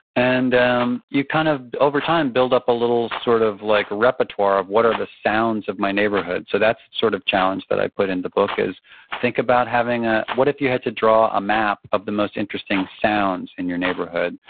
and um you kind of over time build up a little sort of like repertoire of what are the sounds of my neighborhood. so that's sort of challenge that i put in the book is think about having, ah what if you had to draw a map of the most interesting sounds in your neighborhood,